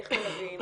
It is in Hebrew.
איך מלווים,